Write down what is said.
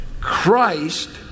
Christ